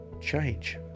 change